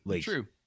True